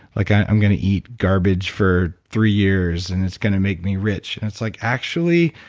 like i'm going to eat garbage for three years and it's going to make me rich. and it's like, actually,